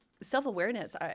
self-awareness